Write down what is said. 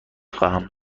خواهم